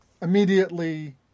immediately